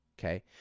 okay